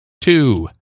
two